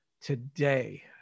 today